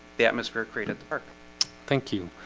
the atmosphere created thank you.